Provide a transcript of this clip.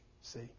See